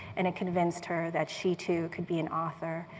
and it convinced her that she, too, could be an author.